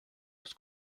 los